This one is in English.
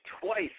twice